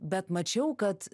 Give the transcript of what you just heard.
bet mačiau kad